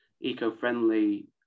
eco-friendly